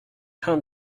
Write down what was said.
hent